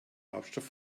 hauptstadt